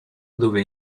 dove